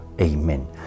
Amen